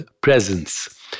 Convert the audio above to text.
presence